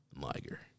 Liger